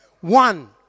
One